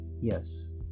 Yes